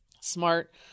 smart